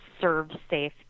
serve-safe